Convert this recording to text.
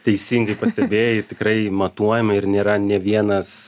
teisingai pastebėjai tikrai matuojama ir nėra nė vienas